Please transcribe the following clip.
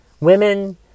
women